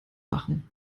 machen